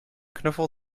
knuffel